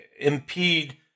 impede